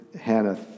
Hannah